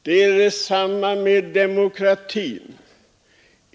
På samma sätt är det med demokratin.